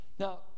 Now